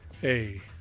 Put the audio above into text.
Hey